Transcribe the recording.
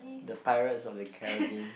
the Pirates of the Carribean